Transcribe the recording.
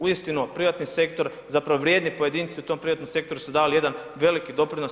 Uistinu privatni sektor zapravo vrijedni pojedinci u tom privatnom sektoru su dali jedan veliki doprinos.